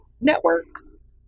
networks